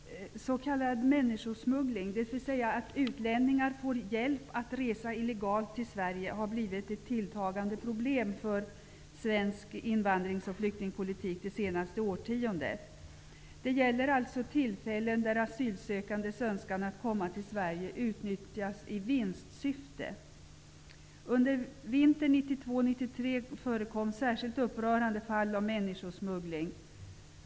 Herr talman! S.k. människosmuggling, dvs. att utlänningar får hjälp att resa illegalt till Sverige har blivit ett tilltagande problem i svensk invandringsoch flyktingpolitik det senaste årtiondet. Det gäller alltså tillfällen då asylsökandes önskan att komma till Sverige utnyttjas i vinstsyfte. Under vintern 1992/93 förekom särskilt upprörande fall av människosmuggling.